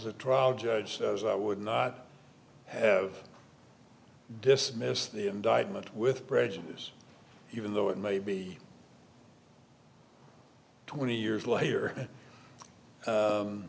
the trial judge would not have dismissed the indictment with prejudice even though it may be twenty years later